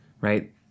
right